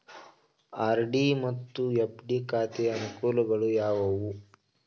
RD ಮತ್ತು FD ಖಾತೆಯ ಅನುಕೂಲಗಳು ಯಾವುವು?